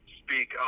speak